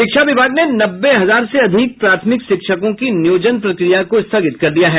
शिक्षा विभाग ने नब्बे हजार से अधिक प्राथमिक शिक्षकों की नियोजन प्रक्रिया को स्थगित कर दिया है